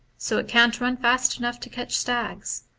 so it can't run fast enough to catch stags,